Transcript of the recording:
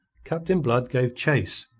captain blood gave chase,